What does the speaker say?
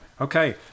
Okay